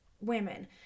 women